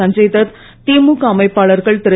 சஞ்சய்தத் திமுக அமைப்பாளர்கள் திரு